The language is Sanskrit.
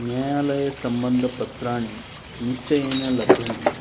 न्यायालये सम्बन्धपत्राणि निश्चयेन लभ्यन्ते